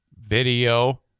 Video